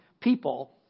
people